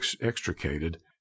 extricated